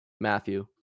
Matthew